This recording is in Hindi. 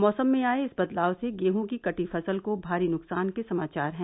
मौसम में आए इस बदलाव से गेहूं की कटी फसल को भारी नुकसान के समाचार हैं